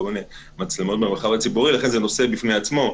מיני מצלמות במרחב הציבורי נושא בפני עצמו.